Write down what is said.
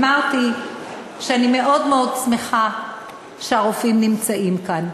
אמרתי שאני מאוד מאוד שמחה שהרופאים נמצאים כאן.